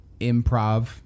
improv